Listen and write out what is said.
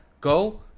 go